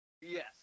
Yes